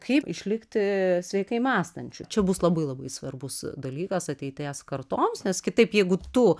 kaip išlikti sveikai mąstančiu čia bus labai labai svarbus dalykas ateities kartoms nes kitaip jeigu tu